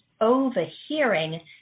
overhearing